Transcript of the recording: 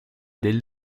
del